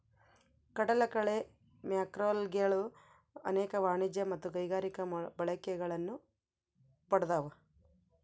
ಕಡಲಕಳೆ ಮ್ಯಾಕ್ರೋಲ್ಗೆಗಳು ಅನೇಕ ವಾಣಿಜ್ಯ ಮತ್ತು ಕೈಗಾರಿಕಾ ಬಳಕೆಗಳನ್ನು ಪಡ್ದವ